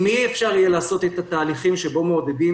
עם מי אפשר יהיה לעשות את התהליכים שבהם מעודדים